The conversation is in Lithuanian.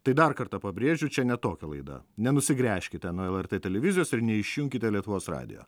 tai dar kartą pabrėžiu čia ne tokia laida nenusigręžkite nuo lrt televizijos ir neišjunkite lietuvos radijo